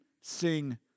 sing